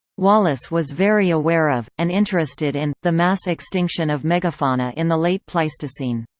wallace was very aware of, and interested in, the mass extinction of megafauna in the late pleistocene.